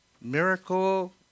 miracle